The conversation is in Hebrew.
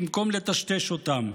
במקום לטשטש אותם.